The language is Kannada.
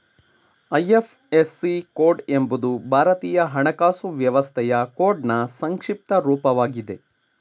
ಐ.ಎಫ್.ಎಸ್.ಸಿ ಕೋಡ್ ಎಂಬುದು ಭಾರತೀಯ ಹಣಕಾಸು ವ್ಯವಸ್ಥೆಯ ಕೋಡ್ನ್ ಸಂಕ್ಷಿಪ್ತ ರೂಪವಾಗಿದೆ